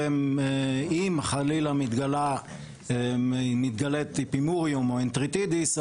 אם חלילה מתגלה טיפימוריום או אנטריטידיס,